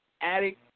attic